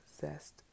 zest